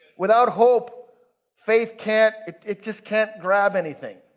without hope faith can't, it's just can't grab anything.